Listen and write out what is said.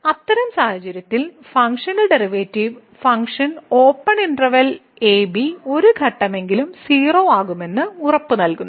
അത്തരം സാഹചര്യങ്ങളിൽ ഫംഗ്ഷന്റെ ഡെറിവേറ്റീവ് ഫംഗ്ഷൻ ഓപ്പൺ ഇന്റെർവെല്ലിലെ a b ഒരു ഘട്ടമെങ്കിലും 0 മാകുമെന്ന് ഉറപ്പുനൽകുന്നു